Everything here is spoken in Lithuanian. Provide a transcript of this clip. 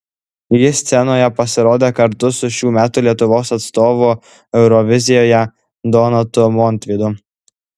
ji scenoje pasirodė kartu su šių metų lietuvos atstovu eurovizijoje donatu montvydu